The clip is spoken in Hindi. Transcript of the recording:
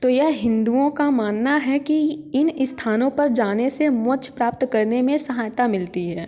तो यह हिन्दुओं का मानना है कि इन स्थानों पर जाने से मोक्ष प्राप्त करने में सहायता मिलती है